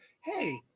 Hey